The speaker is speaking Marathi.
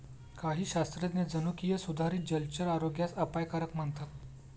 काही शास्त्रज्ञ जनुकीय सुधारित जलचर आरोग्यास अपायकारक मानतात